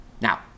Now